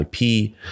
IP